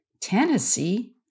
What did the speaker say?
Tennessee